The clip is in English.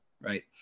right